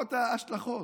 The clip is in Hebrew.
ברורות ההשלכות,